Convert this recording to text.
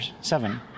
Seven